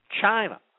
China